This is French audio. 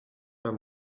pas